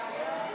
כהצעת